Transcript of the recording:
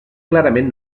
clarament